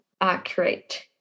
accurate